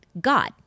God